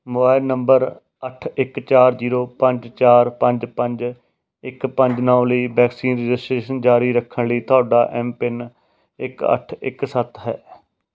mobile number ਅੱਠ ਇੱਕ ਚਾਰ ਜੀਰੋ ਪੰਜ ਚਾਰ ਪੰਜ ਪੰਜ ਇੱਕ ਪੰਜ ਨੌ ਲਈ ਵੈਕਸੀਨ ਰਜਿਸਟ੍ਰੇਸ਼ਨ ਜਾਰੀ ਰੱਖਣ ਲਈ ਤੁਹਾਡਾ ਐੱਮਪਿੰਨ ਇੱਕ ਅੱਠ ਇੱਕ ਸੱਤ ਹੈ